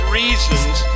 reasons